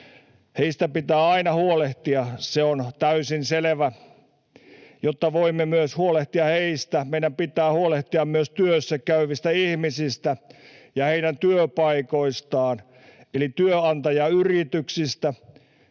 Heistä pitää aina huolehtia, se on täysin selvä. Jotta voimme huolehtia myös heistä, meidän pitää huolehtia myös työssäkäyvistä ihmisistä ja heidän työpaikoistaan eli työnantajayrityksistä.